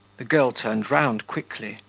the girl turned round quickly,